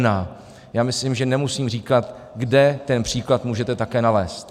A já myslím, že nemusím říkat, kde ten příklad můžete také nalézt.